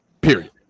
period